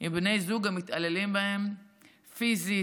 עם בני זוג המתעללים בהן פיזית,